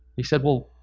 he said, well,